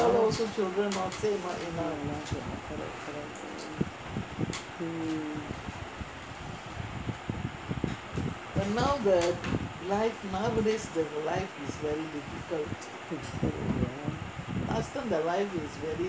mm difficult ya